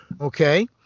Okay